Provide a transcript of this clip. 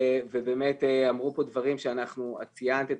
ובאמת אמרו פה דברים את ציינת את